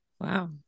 Wow